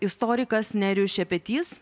istorikas nerijus šepetys